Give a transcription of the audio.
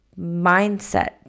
mindset